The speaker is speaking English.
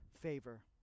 favor